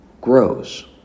grows